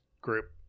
group